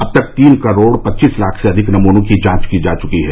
अब तक तीन करोड पच्चीस लाख से अधिक नमूनों की जांच की जा चुकी है